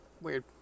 weird